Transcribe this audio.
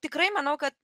tikrai manau kad